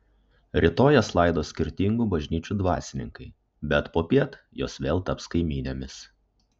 rytoj jas laidos skirtingų bažnyčių dvasininkai bet popiet jos vėl taps kaimynėmis